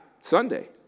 Sunday